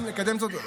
גם לקדם זאת,